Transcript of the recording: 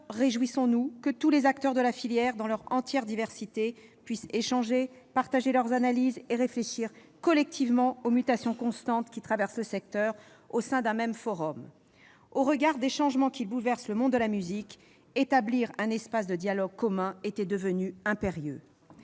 réjouissons-nous que tous les acteurs de la filière, dans leur entière diversité, puissent échanger, partager leurs analyses et réfléchir collectivement aux mutations constantes qui traversent le secteur au sein d'un même forum. Au regard des changements qui bouleversent le monde de la musique, établir un espace de dialogue commun était devenu impérieux.